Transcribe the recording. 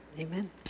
Amen